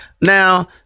Now